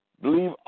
Believe